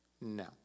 no